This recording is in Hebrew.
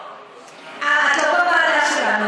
את לא בוועדה שלנו,